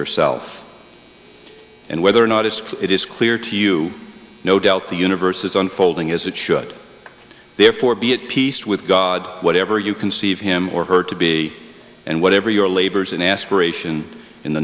yourself and whether or not as it is clear to you no doubt the universe is unfolding as it should therefore be at peace with god whatever you conceive him or her to be and whatever your labors and aspiration in the